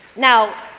now,